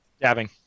Dabbing